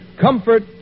comfort